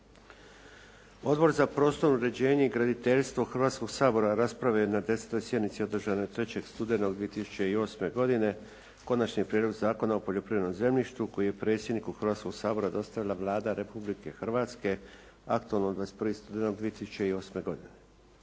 Odbor za prostorno uređenje i graditeljstvo Hrvatskoga sabora raspravio je na 10 sjednici održanoj 3. studenog 2008. godine Konačni prijedlog zakona o poljoprivrednom zemljištu koji je predsjedniku Hrvatskoga sabora dostavila Vlada Republike Hrvatske, aktom od 21. studenog 2008. godine.